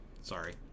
Sorry